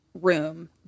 room